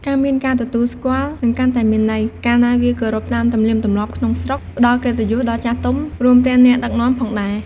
ការមានការទទួលស្គាល់នឹងកាន់តែមានន័យ កាលណាវាគោរពតាមទំនៀមទម្លាប់ក្នុងស្រុក ផ្ដល់កិត្តិយសដល់ចាស់ទុំ រួមទាំងអ្នកដឹកនាំផងដែរ។